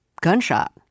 gunshot